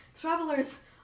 Travelers